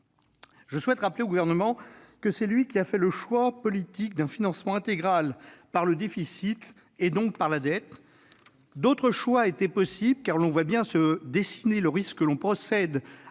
je souhaite le rappeler au Gouvernement, c'est lui qui a fait le choix politique d'un financement intégral par le déficit, donc par la dette. D'autres options étaient possibles, car l'on voit bien se dessiner le risque que l'on procède